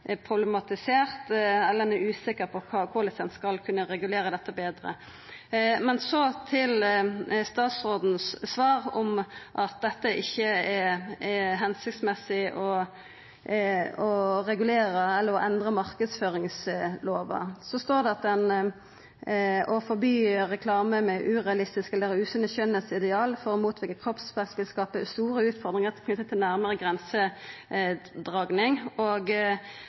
problematisert og ein er usikker på korleis ein skal kunna regulera dette betre. Så til statsråden sitt svar om at det ikkje er hensiktsmessig å endra marknadsføringslova: «Å forby reklame med urealistiske eller usunne skjønnhetsideal for å motvirke kroppspress vil skape store utfordringer knyttet til den nærmere grensegangen.» Vidare: «Dagens markedsføringslov skal først og